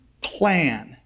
plan